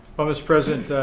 well, mr. president,